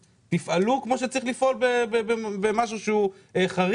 תפעלו כמו שצריך לפעול במשהו שהוא חריג.